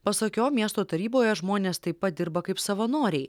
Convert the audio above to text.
pasak jo miesto taryboje žmonės taip pat dirba kaip savanoriai